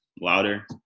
louder